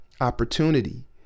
opportunity